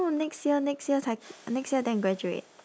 no next year next year 才 next year then graduate